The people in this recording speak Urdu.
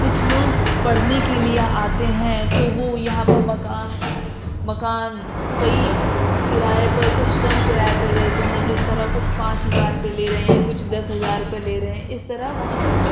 کچھ لوگ پڑھنے کے لیے آتے ہیں تو وہ یہاں پر مکان مکان کئی کرایے پر کچھ کم کرایے پہ دیتے ہیں جس طرح کچھ پانچ ہزار پہ لے رہے ہیں کچھ دس ہزار پہ لے رہے ہیں اس طرح وہاں پر